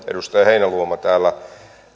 edustaja heinäluoma